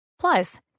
Plus